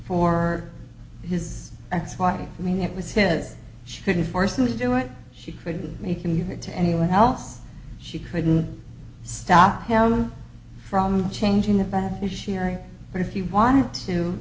for his ex wife i mean it was said she couldn't force him to do it she couldn't make him give it to anyone else she couldn't stop him from changing the beneficiary but if you want to